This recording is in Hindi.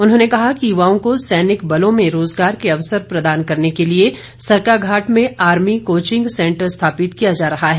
उन्होंने कहा कि युवाओं को सैनिक बलों में रोजगार के अवसर प्रदान करने के लिए सरकाघाट में आर्मी कोचिंग सेंटर स्थापित किया जा रहा है